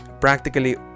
practically